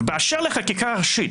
ובאשר לחקיקה הראשית,